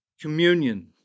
Communion